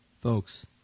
folks